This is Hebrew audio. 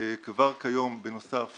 כבר כיום בנוסף